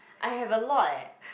I have a lot eh